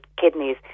kidneys